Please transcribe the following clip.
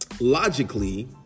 Logically